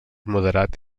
moderat